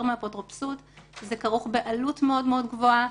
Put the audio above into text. מאפוטרופסות כי זה כרוך בעלות מאוד מאוד גבוהה,